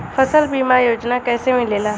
फसल बीमा योजना कैसे मिलेला?